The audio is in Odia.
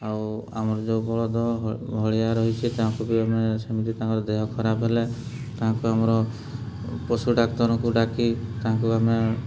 ଆଉ ଆମର ଯେଉଁ ବଳଦ ଭଳିଆ ରହିଛି ତାଙ୍କୁ ବି ଆମେ ସେମିତି ତାଙ୍କର ଦେହ ଖରାପ ହେଲା ତାଙ୍କୁ ଆମର ପଶୁ ଡାକ୍ତରଙ୍କୁ ଡାକି ତାଙ୍କୁ ଆମେ